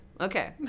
Okay